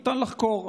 ניתן לחקור.